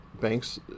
banks